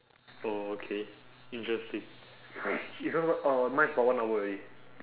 oh okay interesting is yours what oh mine is about one hour already